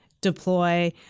deploy